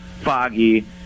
foggy